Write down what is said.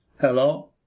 Hello